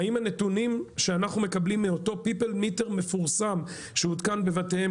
האם הנתונים שאנחנו מקבלים מאותו פיפל מיטר מפורסם שהותקן בבתים,